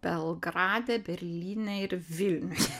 belgrade berlyne ir vilniuje